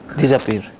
disappear